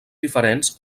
diferents